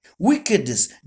Wickedness